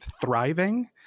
thriving